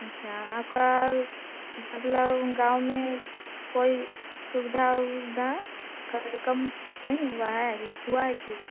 अच्छा आपका मतलब गाँव में कोई सुविधा उवधा कम नहीं हुआ है कि हुआ है कि